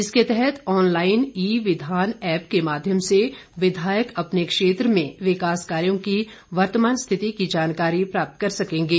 इसके तहत online e Vidhan app के माध्यम से विधायक अपने क्षेत्र में विकास कार्यों की वर्तमान स्थिति की जानकारी प्राप्त कर सकेंगे